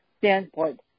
standpoint